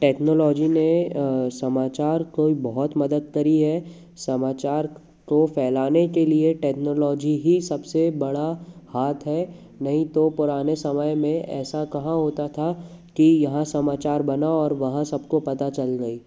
technology ने समाचार को बहुत मदद करी है समाचार को फैलाने के लिए टेक्नोलॉजी ही सबसे बड़ा हाथ है नहीं तो पुराने समय में ऐसा कहाँ होता था कि यहाँ समाचार बना और वहाँ सबको पता चल गई